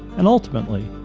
and ultimately,